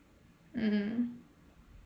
mm mm